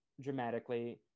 dramatically